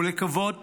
ולקוות